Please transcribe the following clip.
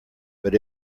but